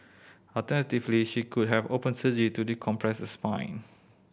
alternatively she could have open surgery to decompress the spine